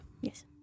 Yes